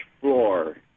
floor